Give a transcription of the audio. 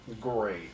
Great